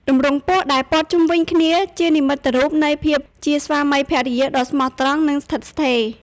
ទម្រង់ពស់ដែលព័ន្ធជុំវិញគ្នាជានិមិត្តរូបនៃភាពជាគូរស្វាមីភរិយាដ៏ស្មោះត្រង់និងស្ថិតស្ថេរ។